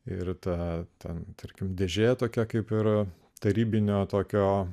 ir ta ten tarkim dėžė tokia kaip ir tarybinio tokio